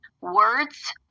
words